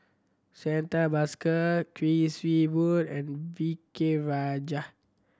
Santha Bhaskar Kuik Swee Boon and V K Rajah